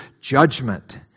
judgment